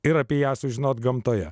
ir apie ją sužinot gamtoje